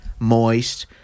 moist